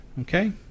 Okay